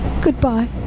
Goodbye